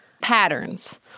patterns